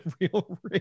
real